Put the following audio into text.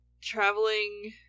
traveling